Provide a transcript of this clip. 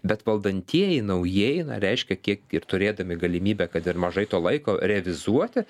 bet valdantieji naujieji na reiškia kiek ir turėdami galimybę kad ir mažai to laiko revizuoti